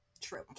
true